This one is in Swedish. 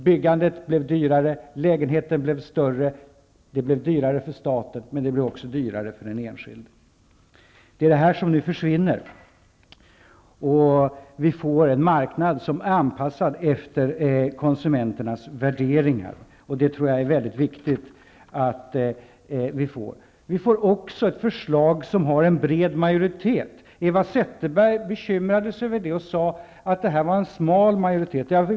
Byggandet blev dyrare. Lägenheten blev större. Det blev dyrare för staten, men det blev också dyrare för den enskilde. Detta försvinner nu. Vi får en marknad som är anpassad efter konsumenternas värderingar, och det tror jag är mycket viktigt. Vi får också ett förslag som har en bred majoritet. Eva Zetterberg bekymrade sig och sade att det var en smal majoritet.